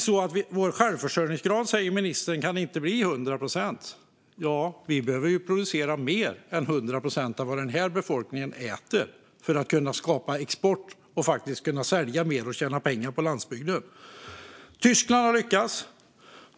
Vår självförsörjningsgrad kan inte bli 100 procent, säger ministern. Men vi behöver ju producera mer än 100 procent av vad den här befolkningen äter för att kunna skapa export och kunna sälja mer och tjäna pengar på landsbygden. Tyskland har lyckats.